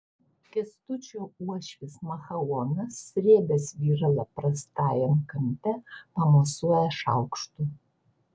kęstučio uošvis machaonas srėbęs viralą prastajam kampe pamosuoja šaukštu